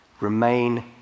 Remain